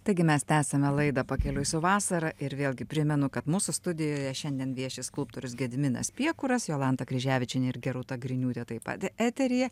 taigi mes esame laidą pakeliui su vasara ir vėlgi primenu kad mūsų studijoje šiandien vieši skulptorius gediminas piekuras jolanta kryževičienė ir geruta griniūtė taip pat eteryje